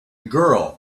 girl